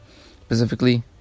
Specifically